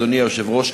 אדוני היושב-ראש,